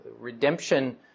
Redemption